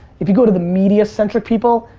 if you go to the media-centric people,